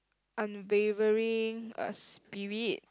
unwavering spirit